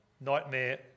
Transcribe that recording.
nightmare